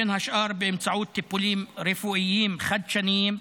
בין השאר באמצעות טיפולים רפואיים חדשניים,